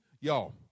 y'all